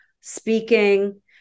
speaking